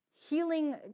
healing